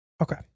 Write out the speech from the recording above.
okay